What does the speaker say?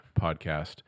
Podcast